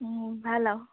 ভাল আৰু